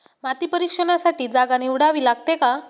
माती परीक्षणासाठी जागा निवडावी लागते का?